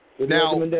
Now